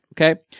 okay